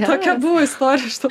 tokia buvo istorija šito